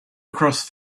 across